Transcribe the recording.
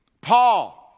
Paul